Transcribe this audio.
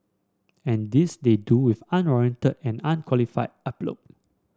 and this they do with unwarranted and unqualified aplomb